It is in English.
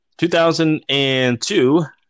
2002